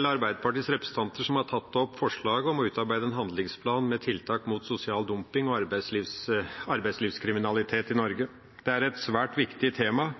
Arbeiderpartiets representanter som har tatt opp forslaget om å utarbeide en handlingsplan med tiltak mot sosial dumping og arbeidslivskriminalitet i Norge. Det er et svært viktig tema.